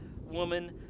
woman